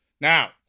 Now